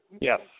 Yes